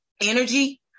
energy